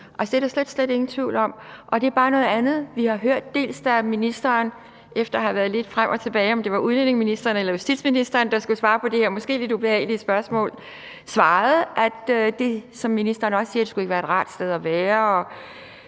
er der slet, slet ingen tvivl om. Og det er bare noget andet, vi har hørt, dels da ministeren efter at have været lidt frem og tilbage, altså om det var udlændingeministeren eller justitsminister, der skulle svare på det her måske lidt ubehagelige spørgsmål, svarede, at det, som ministeren siger, ikke skulle være et rart sted at være.